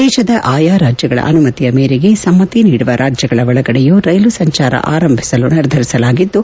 ದೇಶದ ಆಯಾ ರಾಜ್ಲಗಳ ಅನುಮತಿ ಮೇರೆಗೆ ಸಮ್ನಿ ನೀಡುವ ರಾಜ್ಲಗಳ ಒಳಗಡೆಯೂ ರೈಲು ಸಂಚಾರ ಆರಂಭಿಸಲು ನಿರ್ಧರಿಸಲಾಗಿದ್ದು